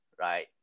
right